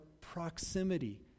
proximity